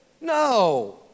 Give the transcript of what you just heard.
No